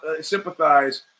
sympathize